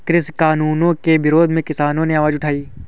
कृषि कानूनों के विरोध में किसानों ने आवाज उठाई